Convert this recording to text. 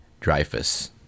Dreyfus